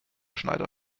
schneider